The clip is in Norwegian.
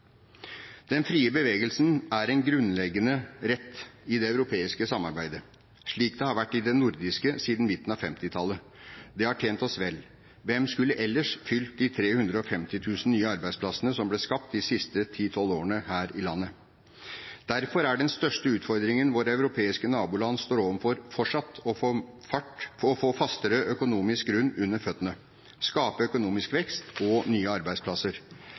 Den frie bevegelsen er en grunnleggende rett i det europeiske samarbeidet, slik det har vært i det nordiske siden midten av 1950-tallet. Det har tjent oss vel. Hvem skulle ellers fylt de 350 000 nye arbeidsplassene som ble skapt de siste 10–12 årene her i landet? Derfor er den største utfordringen våre europeiske naboland står overfor, fortsatt å få fastere økonomisk grunn under føttene, skape økonomisk vekst og nye arbeidsplasser.